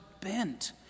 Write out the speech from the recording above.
bent